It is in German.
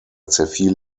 zerfiel